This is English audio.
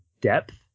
depth